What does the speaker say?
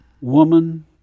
woman